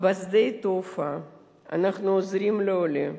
בשדה התעופה אנחנו עוזרים לעולה,